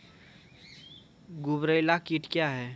गुबरैला कीट क्या हैं?